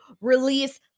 release